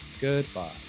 Goodbye